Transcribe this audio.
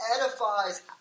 Edifies